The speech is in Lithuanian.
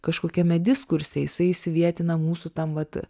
kažkokiame diskurse jisai įsivietina mūsų tam vat